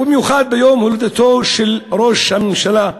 ובמיוחד ביום הולדתו של ראש הממשלה.